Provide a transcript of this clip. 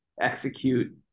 execute